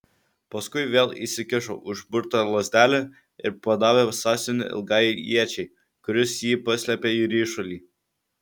paskui vėl įsikišo užburtą lazdelę ir padavė sąsiuvinį ilgajai iečiai kuris jį paslėpė į ryšulį